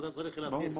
ואתה צריך להבין,